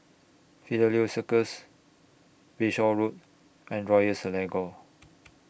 Fidelio Circus Bayshore Road and Royal Selangor